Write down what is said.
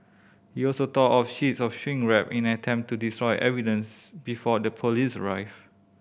he also tore off sheets of shrink wrap in an attempt to destroy evidence before the police arrived